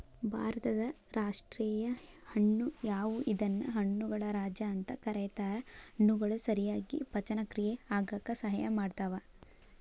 ಭಾರತದ ರಾಷ್ಟೇಯ ಹಣ್ಣು ಮಾವು ಇದನ್ನ ಹಣ್ಣುಗಳ ರಾಜ ಅಂತ ಕರೇತಾರ, ಹಣ್ಣುಗಳು ಸರಿಯಾಗಿ ಪಚನಕ್ರಿಯೆ ಆಗಾಕ ಸಹಾಯ ಮಾಡ್ತಾವ